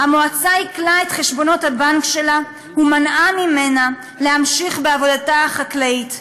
המועצה עיקלה את חשבונות הבנק שלה ומנעה ממנה להמשיך בעבודתה החקלאית,